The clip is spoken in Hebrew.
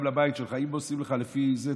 גם לבית שלך: אם עושים לך לפי זה,